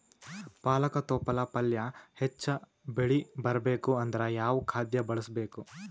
ಪಾಲಕ ತೊಪಲ ಪಲ್ಯ ಹೆಚ್ಚ ಬೆಳಿ ಬರಬೇಕು ಅಂದರ ಯಾವ ಖಾದ್ಯ ಬಳಸಬೇಕು?